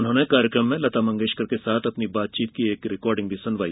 उन्होंने कार्यक्रम में लता मंगेशकर के साथ अपनी बातचीत की एक रिकार्डिंग भी सुनवाई